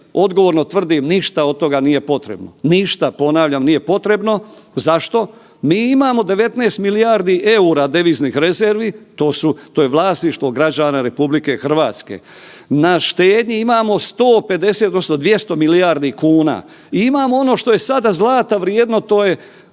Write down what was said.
odgovorno tvrdim ništa od toga nije potrebno. Ništa, ponavljam nije potrebno. Zašto? Mi imamo 19 milijardi EUR-a deviznih rezervi, to je vlasništvo građana RH. Na štednji imamo 150 odnosno 200 milijardi kuna i imamo ono što je sada zlata vrijedno, to je